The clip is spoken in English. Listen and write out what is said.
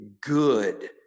good